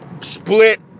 split